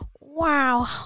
wow